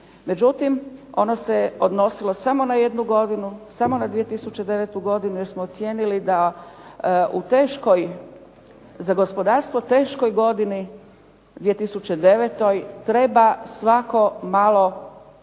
Međutim, ono se odnosilo samo na jednu godinu, samo na 2009. godinu jer smo ocijenili da za gospodarstvo teškoj godini 2009. treba svako malo